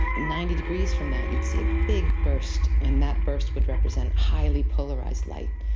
ninety degrees from that you'd see a big burst and that burst would represent highly polarised light,